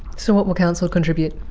so what will council contribute?